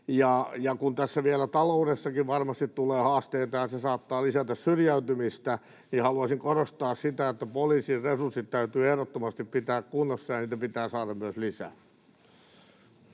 kun tässä vielä taloudessakin varmasti tulee haasteita ja se saattaa lisätä syrjäytymistä, niin haluaisin korostaa sitä, että poliisin resurssit täytyy ehdottomasti pitää kunnossa ja niitä pitää saada myös lisää.